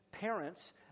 parents